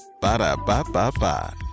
Ba-da-ba-ba-ba